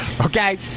Okay